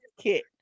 kit